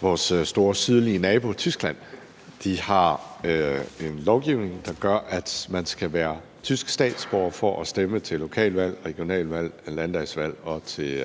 Vores store sydlige nabo, Tyskland, har en lovgivning, der gør, at man skal være tysk statsborger for at stemme til lokalvalg, regionalvalg, landdagsvalg og til